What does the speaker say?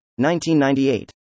1998